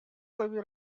лови